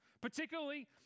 particularly